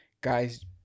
guys